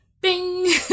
bing